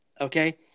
Okay